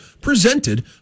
presented